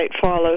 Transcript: follows